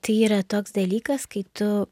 tai yra toks dalykas kai tu